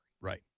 Right